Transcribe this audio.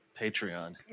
patreon